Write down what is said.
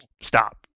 stop